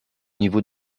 niveau